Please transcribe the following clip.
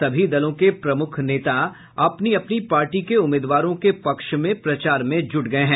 सभी दलों के प्रमुख नेता अपनी अपनी पार्टी के उम्मीदवारों के पक्ष में प्रचार में जूट गये हैं